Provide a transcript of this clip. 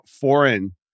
foreign